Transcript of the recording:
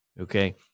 okay